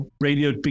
radio